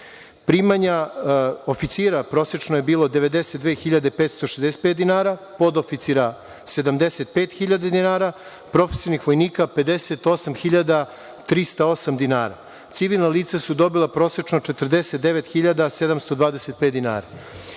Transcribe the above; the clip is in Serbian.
Primanja oficira, prosečno, je bilo 92.565 dinara, podoficira 75.000 dinara, profesionalnih vojnika 58.308 dinara, civilna lica su dobila prosečno 49.725 dinara. Ono